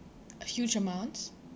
huge amounts